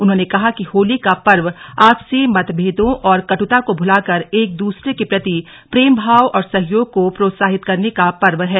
उन्होंने कहा कि होली का पर्व आपसी मतभेदों और कटुता को भुलाकर एक दूसरे के प्रति प्रेम भाव और सहयोग को प्रोत्साहित करने का पर्व है